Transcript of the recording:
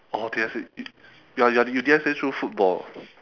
oh D_S_A you you are you D_S_A through football